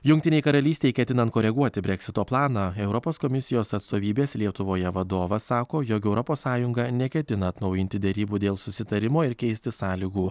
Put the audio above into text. jungtinei karalystei ketinant koreguoti breksito planą europos komisijos atstovybės lietuvoje vadovas sako jog europos sąjunga neketina atnaujinti derybų dėl susitarimo ir keisti sąlygų